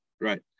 Right